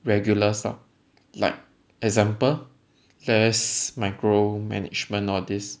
regular staff like example less micro management nowadays